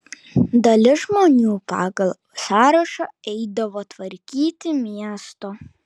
dalis žmonių pagal sąrašą eidavo tvarkyti miesto